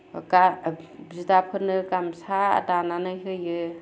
गा बिदाफोरनो गामसा दानानै होयो